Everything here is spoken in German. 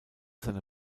seiner